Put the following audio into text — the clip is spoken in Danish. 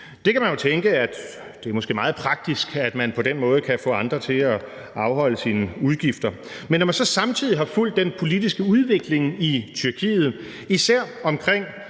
Der kan man jo tænke, at det måske er meget praktisk, at man på den måde kan få andre til at afholde sine udgifter. Men når man så samtidig har fulgt den politiske udvikling i Tyrkiet, især i